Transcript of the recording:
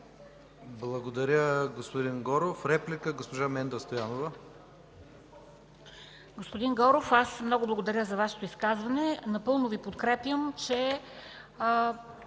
Благодаря, господин Горов. Реплика – госпожа Менда Стоянова.